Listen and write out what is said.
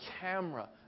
camera